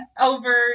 over